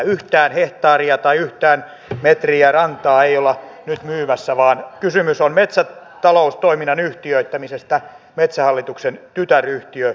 yhtään hehtaaria tai yhtään metriä rantaa ei olla nyt myymässä vaan kysymys on metsätaloustoiminnan yhtiöittämisestä metsähallituksen tytäryhtiöksi